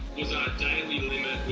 daily limit